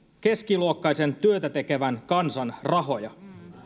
keskiluokkaisen työtä tekevän rahoja